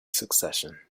succession